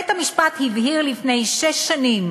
בית-המשפט הבהיר לפני שש שנים